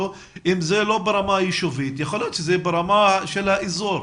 אם זה לא ברמת היישובית אז אפשר שזה יהיה ברמה של האזור.